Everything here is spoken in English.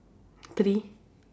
three